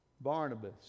Barnabas